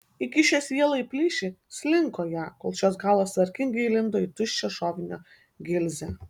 įkišęs vielą į plyšį slinko ją kol šios galas tvarkingai įlindo į tuščią šovinio gilzę